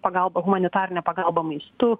pagalba humanitarinė pagalba maistu